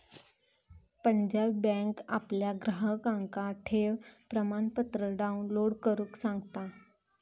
Punjab bank आपल्या ग्राहकांका ठेव प्रमाणपत्र डाउनलोड करुक सांगता